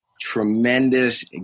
tremendous